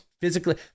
physically